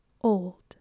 old